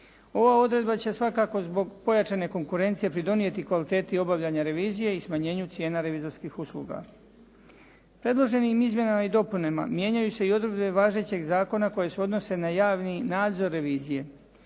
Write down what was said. Ova odredba će svakako zbog pojačane konkurencije pridonijeti kvaliteti obavljanja revizije i smanjenju cijena revizorskih usluga. Predloženim izmjenama i dopunama mijenjaju se i odredbe važećeg zakona koje se odnose na javni nadzor revizije.